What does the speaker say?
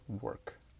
work